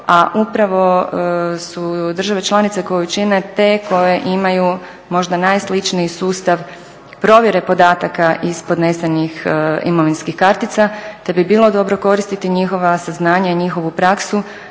a upravo su države članice koju čine te koje imaju možda najsličniji sustav provjere podataka iz podnesenih imovinskih kartica, te bi bilo dobro koristiti njihova saznanja i njihovu praksu